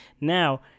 Now